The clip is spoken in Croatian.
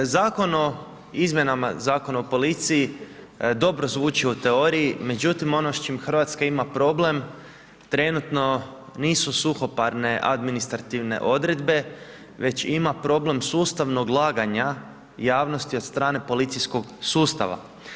Zakon o izmjenama Zakona o policiji dobro zvuči u teoriji, međutim ono s čim Hrvatska ima problem, trenutno nisu suhoparne administrativne odredbe već ima problem sustavnog laganja javnosti od strane policijskog sustava.